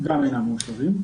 גם אינם יכולים.